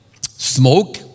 Smoke